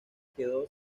quedó